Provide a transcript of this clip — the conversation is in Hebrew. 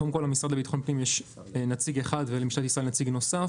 למשרד לביטחון פנים יש נציג אחד ולמשטרת ישראל יש נציג נוסף